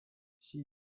she